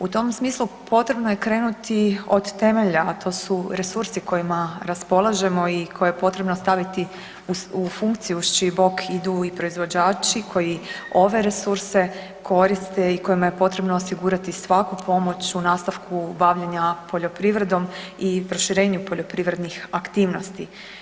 U tom smislu potrebno je krenuti od temelja, a to su resursi kojima raspolažemo i koje je potrebno staviti u funkciju uz čiji bok idu i proizvođači koji ove resurse koriste i kojima je potrebno osigurati svaku pomoć u nastavku bavljenja poljoprivredom i proširenjem poljoprivrednih aktivnosti.